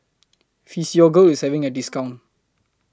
Physiogel IS having A discount